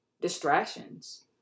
distractions